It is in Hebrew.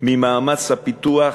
של מאמץ הפיתוח.